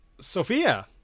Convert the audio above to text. Sophia